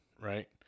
right